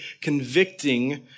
convicting